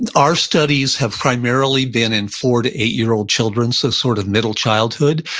and our studies have primarily been in four to eight-year-old children, so sort of middle childhood,